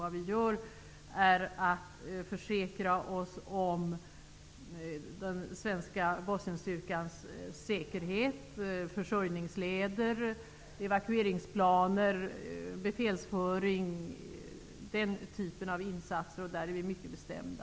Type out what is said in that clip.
Vad vi gör är att vi försäkrar oss om den svenska Bosnienstyrkans säkerhet, försörjningsleder, evakueringsplaner, befälsföring och den typen av insatser. Där är vi mycket bestämda.